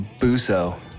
Buso